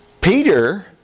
Peter